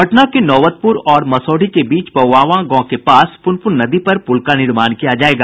पटना के नौबतपुर और मसौढ़ी के बीच पोआवां गांव के पास पुनपुन नदी पर पुल का निर्माण किया जायेगा